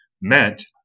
meant